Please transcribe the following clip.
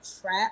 trap